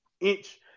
inch –